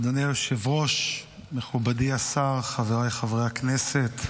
אדוני היושב-ראש, מכובדי השר, חבריי חברי הכנסת,